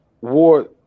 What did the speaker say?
war